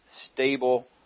stable